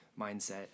mindset